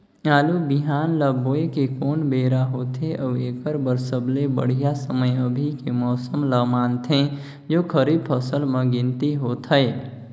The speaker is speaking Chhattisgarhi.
आलू बिहान ल बोये के कोन बेरा होथे अउ एकर बर सबले बढ़िया समय अभी के मौसम ल मानथें जो खरीफ फसल म गिनती होथै?